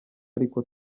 ariko